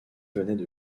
venaient